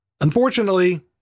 Unfortunately